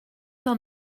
dans